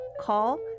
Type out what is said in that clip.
call